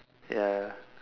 ya